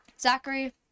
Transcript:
zachary